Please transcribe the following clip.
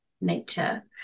nature